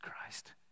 Christ